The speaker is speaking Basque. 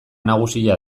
nagusia